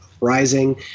rising